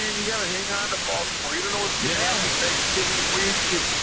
you gotta hang on to baltimore. you don't know it's yeah thanksgiving weekend.